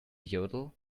yodel